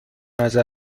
نظر